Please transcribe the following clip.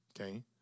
Okay